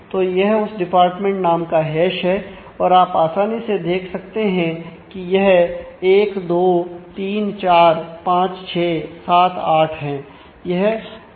तो यह उस डिपार्टमेंट नाम का हैश है और आप आसानी से देख सकते हैं कि यह 1 2 3 4 5 6 7 8 है